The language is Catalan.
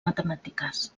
matemàtiques